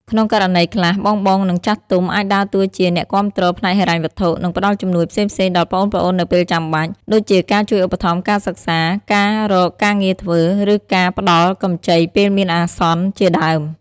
ក្នុងករណីខ្លះ បងៗ និងចាស់ទុំ អាចដើរតួជា អ្នកគាំទ្រផ្នែកហិរញ្ញវត្ថុ ឬផ្ដល់ជំនួយផ្សេងៗដល់ប្អូនៗនៅពេលចាំបាច់ ដូចជាការជួយឧបត្ថម្ភការសិក្សា ការរកការងារធ្វើ ឬការផ្ដល់កម្ចីពេលមានអាសន្នជាដើម។